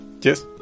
Yes